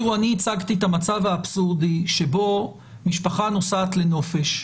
אני הצגתי את המצב האבסורדי שבו משפחה נוסעת לנופש במלון,